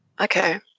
Okay